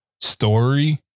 story